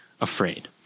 afraid